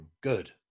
Good